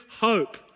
hope